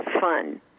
fun